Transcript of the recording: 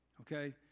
okay